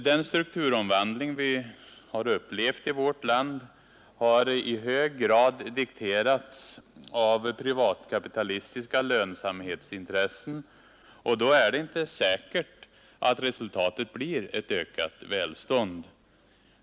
Den strukturomvandling som vi har upplevt i vårt land har i hög grad dikterats av privatkapitalistiska lönsamhetsintressen, och då är det inte säkert att resultatet blir ett ökat välstånd.